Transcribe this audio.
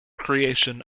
creation